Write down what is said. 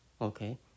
Okay